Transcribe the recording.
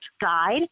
guide